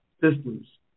systems